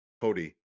Cody